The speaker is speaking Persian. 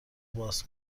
باز